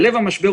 בלב המשבר,